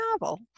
novel